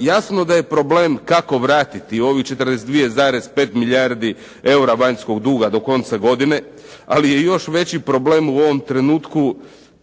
Jasno da je problem kako vratiti ovih 42,5 milijardi eura vanjskog duga do konca godine, ali je još veći problem u ovom trenutku